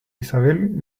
isabel